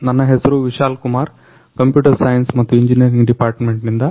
ನನ್ನ ಹೆಸ್ರು Vishal Kumar computer science ಮತ್ತು ಇಂಜಿನಿಯರಿಂಗ್ ಡಿಪಾರ್ಟ್ಮೆಂಟ್ ನಿಂದ